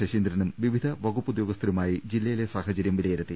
ശശീന്ദ്രനും വിവിധ വകുപ്പ് ഉദ്യോഗസ്ഥരുമായി ജില്ലയിലെ സാഹചര്യം വിലയിരുത്തി